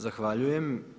Zahvaljujem.